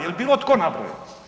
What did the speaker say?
Jel' bilo tko nabrojao?